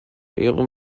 ihrem